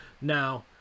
Now